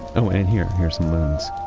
oh, and here. here are some loons.